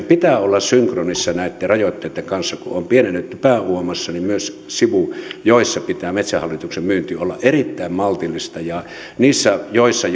pitää olla synkronissa näitten rajoitteitten kanssa kun on on pienennetty pääuomassa niin myös sivujoissa pitää metsähallituksen myynnin olla erittäin maltillista ja niissä joissa